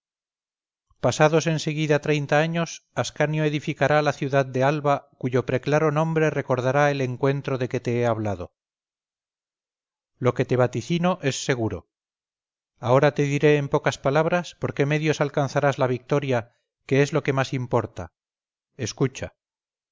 pasados en seguida treinta años ascanio edificará la ciudad de alba cuyo preclaro nombre recordará el encuentro de que te he hablado lo que te vaticino es seguro ahora te diré en pocas palabras por qué medios alcanzarás la victoria que es lo que más importa escucha